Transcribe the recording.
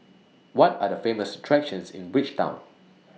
What Are The Famous attractions in Bridgetown